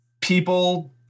People